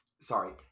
Sorry